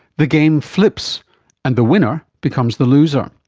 the game flips and the winner becomes the loser.